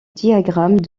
diagramme